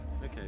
Okay